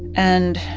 and